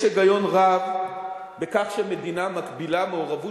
יש היגיון רב בכך שמדינה מגבילה מעורבות